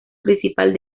principal